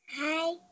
Hi